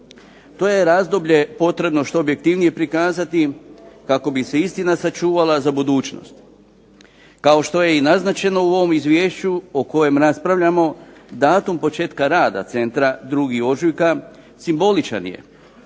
To je razdoblje potrebno što objektivnije prikazati kako bi se istina sačuvala za budućnost, kao što je i naznačeno u ovom izvješću o kojem raspravljamo datum početka rada centra 2. ožujka simboličan je